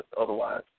otherwise